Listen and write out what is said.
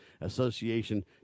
Association